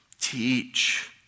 teach